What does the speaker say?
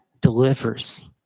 delivers